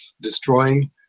destroying